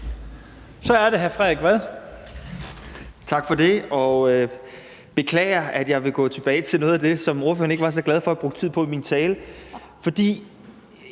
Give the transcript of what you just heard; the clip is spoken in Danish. Frederik Vad (S): Tak for det. Jeg beklager, at jeg vil gå tilbage til noget af det, som ordføreren ikke var så glad for at jeg brugte tid på i min tale.